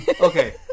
Okay